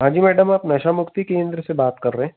हाँ जी मैडम आप नशा मुक्ति केंद्र से बात कर रहे हैं